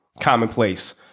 commonplace